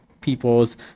people's